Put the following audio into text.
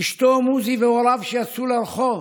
אשתו מוזי והוריו, שיצאו לרחוב,